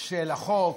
של החוק,